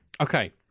Okay